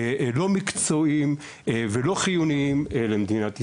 לא מקצועיים ולא חיוניים למדינת ישראל,